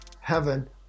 heaven